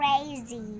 crazy